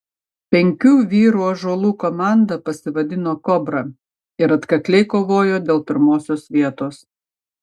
penkių vyrų ąžuolų komanda pasivadino kobra ir atkakliai kovojo dėl pirmosios vietos